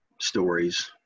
stories